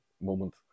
moment